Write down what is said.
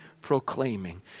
proclaiming